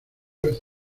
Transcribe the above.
vez